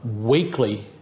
weekly